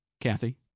Kathy